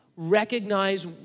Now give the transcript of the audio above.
recognize